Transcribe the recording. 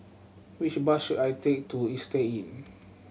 which bus should I take to Istay Inn